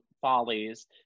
follies